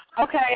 Okay